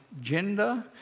gender